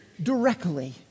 Directly